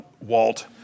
Walt